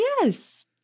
Yes